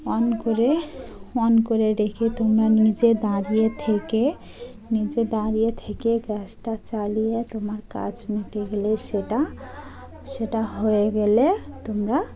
on করে on করে রেখে তোমরা নিজে দাঁড়িয়ে থেকে নিজে দাঁড়িয়ে থেকে গ্যাসটা চালিয়ে তোমার কাজ মিটে গেলে সেটা সেটা হয়ে গেলে তোমরা